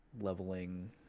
leveling